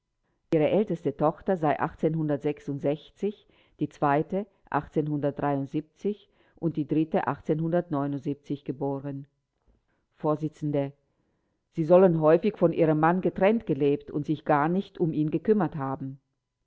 ihre älteste tochter ter sei die zweite und die dritte geboren vors sie sollen häufig von ihrem mann getrennt gelebt und sich gar nicht um ihn gekümmert haben